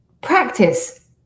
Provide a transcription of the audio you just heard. practice